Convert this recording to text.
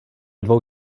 dvou